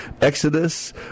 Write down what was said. Exodus